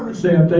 ah sam